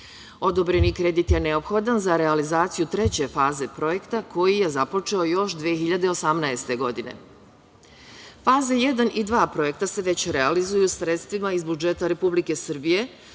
razvoja. Odobreni kredit je neophodan za realizaciju treće faze projekta koji je započeo još 2018. godine. Faza jedan i dva projekta se već realizuju sredstvima iz budžeta Republike Srbije,